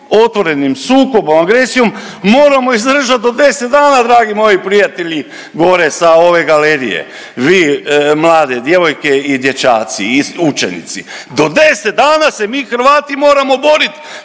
otvorenim sukobom, agresijom, moramo izdržati do 10 dana, dragi moji prijatelji gore sa ove galerije, vi mlade djevojke i dječaci i učenici, to 10 dana se mi Hrvati moramo boriti!